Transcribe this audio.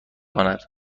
کند